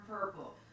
purple